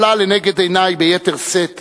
עולה לנגד עיני ביתר שאת